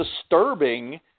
disturbing